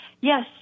Yes